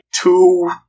two